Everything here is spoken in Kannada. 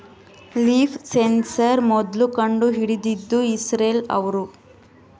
ಲೀಫ್ ಸೆನ್ಸಾರ್ ಮೊದ್ಲು ಕಂಡು ಹಿಡಿದಿದ್ದು ಇಸ್ರೇಲ್ ಅವ್ರು